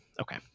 Okay